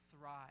thrive